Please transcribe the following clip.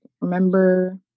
remember